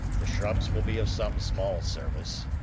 the shrubs will be of some small service.